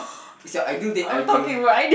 it's your ideal date ideal